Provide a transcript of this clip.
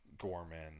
Gorman